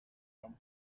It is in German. kaum